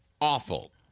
awful